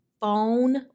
phone